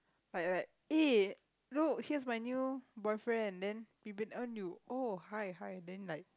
like like eh look here's my new boyfriend then you you oh hi hi then like